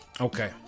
Okay